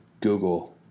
Google